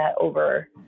over